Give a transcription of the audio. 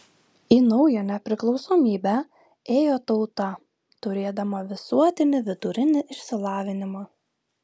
į naują nepriklausomybę ėjo tauta turėdama visuotinį vidurinį išsilavinimą